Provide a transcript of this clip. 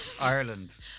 Ireland